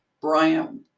Bryant